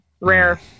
rare